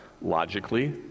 Logically